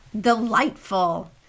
delightful